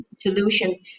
solutions